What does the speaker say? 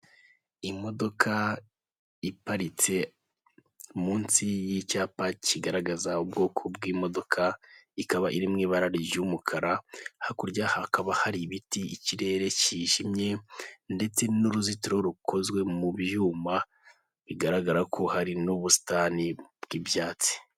Imodoka iparitse munsi y'icyapa kigaragaza ubwoko bw'imodoka, ikaba iri mu ibara ry'umukara, hakurya hakaba hari ibiti, ikirere cyijimye, ndetse n'uruzitiro rukozwe mu byuma, bigaragara ko hari n'ubusitani bw'ibyatsi.